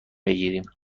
بگیریم